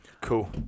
Cool